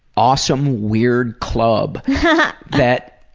awesome, weird club that